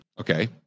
Okay